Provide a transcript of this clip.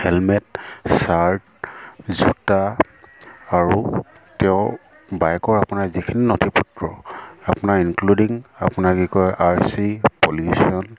helmet shirt জোতা আৰু তেওঁ বাইকৰ আপোনাৰ যিখিনি নথি পত্ৰ আপোনাৰ ইনক্লুডিং আপোনাৰ কি কয় আৰ চি পলিউশ্যন